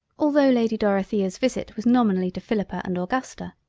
altho' lady dorothea's visit was nominally to philippa and augusta,